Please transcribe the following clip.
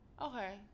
Okay